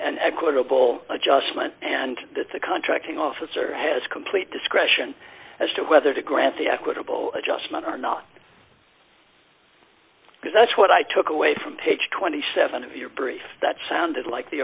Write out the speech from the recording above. an equitable adjustment and that the contracting officer has complete discretion as to whether to grant the equitable adjustment or not because that's what i took away from page twenty seven of your brief that sounded like the